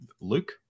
Luke